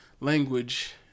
language